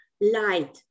light